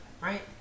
right